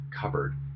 cupboard